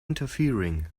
interfering